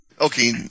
okay